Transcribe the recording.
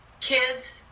Kids